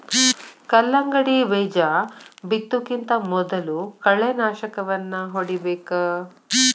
ಕಲ್ಲಂಗಡಿ ಬೇಜಾ ಬಿತ್ತುಕಿಂತ ಮೊದಲು ಕಳೆನಾಶಕವನ್ನಾ ಹೊಡಿಬೇಕ